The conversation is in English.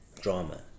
drama